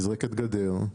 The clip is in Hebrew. נזרקת גדר.